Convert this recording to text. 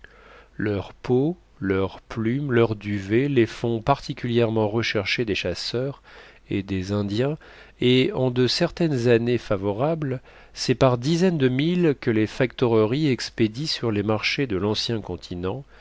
leur peau leur plume leur duvet les font particulièrement rechercher des chasseurs et des indiens et en de certaines années favorables c'est par dizaines de mille que les factoreries expédient sur les marchés de l'ancien continent